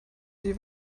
die